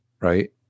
right